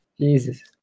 Jesus